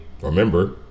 remember